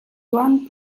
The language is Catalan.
joan